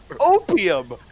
Opium